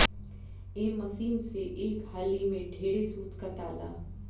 ए machine से एक हाली में ढेरे सूत काताला